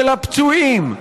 של הפצועים,